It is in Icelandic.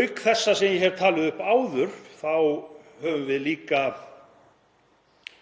Auk þessa sem ég hef talið upp áður þá höfum við líka bætt